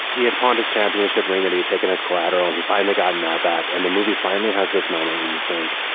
he had pandit's championship ring that he'd taken as collateral and he finally gotten that back. and the movie finally has this moment where you think,